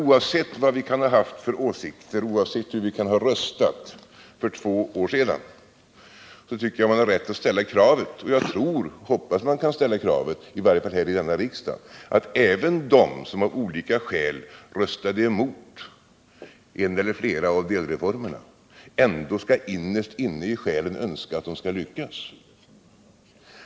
Oavsett vad vi kan ha haft för åsikter och oavsett hur vi kan ha röstat för två år sedan tycker jag man har rätt att ställa kravet — och jag hoppas att man kan ställa det kravet i varje fall här i riksdagen — att även de som av olika skäl varit emot en eller fler av delreformerna ändå innerst inne i själen önskar att de skall lyckas.